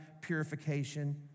purification